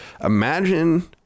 Imagine